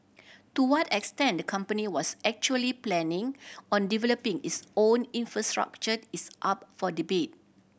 to what extent the company was actually planning on developing its own infrastructure is up for debate